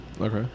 okay